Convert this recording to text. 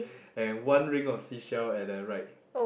and one ring of seashell at that right